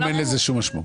היום אין לזה שום משמעות.